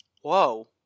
whoa